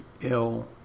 ill